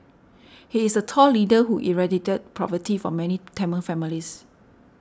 he is a tall leader who eradicated poverty from many Tamil families